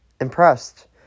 impressed